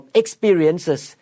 experiences